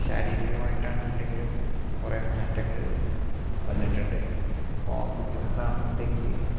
ശാരീരികമായിട്ടാണെന്നുണ്ടെങ്കിലും കുറേ മാറ്റങ്ങള് വന്നിട്ടുണ്ട് ഇപ്പോള് ഫിറ്റ്നസാണെന്നുണ്ടെങ്കില്